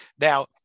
Now